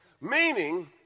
Meaning